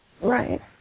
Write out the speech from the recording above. Right